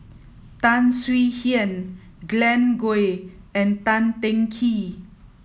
Tan Swie Hian Glen Goei and Tan Teng Kee